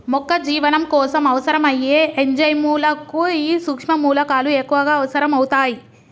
మొక్క జీవనం కోసం అవసరం అయ్యే ఎంజైముల కు ఈ సుక్ష్మ మూలకాలు ఎక్కువగా అవసరం అవుతాయి